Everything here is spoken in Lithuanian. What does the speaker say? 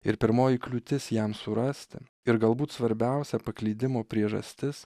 ir pirmoji kliūtis jam surasti ir galbūt svarbiausia paklydimo priežastis